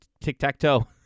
tic-tac-toe